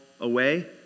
away